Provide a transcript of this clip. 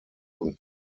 und